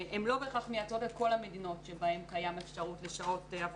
לאפשר שעות גמישות יותר למורים,